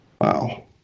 Wow